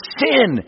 sin